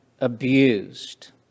abused